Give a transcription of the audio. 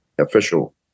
official